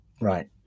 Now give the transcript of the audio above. Right